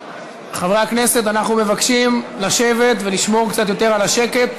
אנחנו מבקשים לשבת ולשמור קצת יותר על השקט